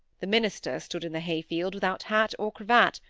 the minister stood in the hay-field, without hat or cravat,